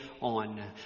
on